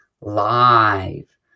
live